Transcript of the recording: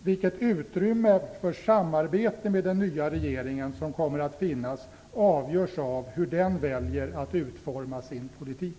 Vilket utrymme för samarbete med den nya regeringen som kommer att finnas avgörs av hur denna regering väljer att utforma sin politik.